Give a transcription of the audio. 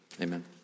amen